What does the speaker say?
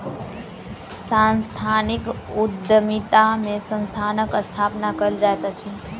सांस्थानिक उद्यमिता में संस्थानक स्थापना कयल जाइत अछि